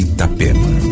Itapema